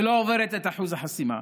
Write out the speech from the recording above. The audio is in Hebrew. שלא עוברת את אחוז החסימה,